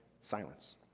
silence